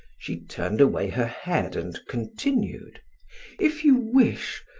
she turned away her head and continued if you wish,